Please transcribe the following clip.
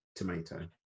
Tomato